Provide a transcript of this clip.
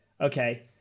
Okay